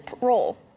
role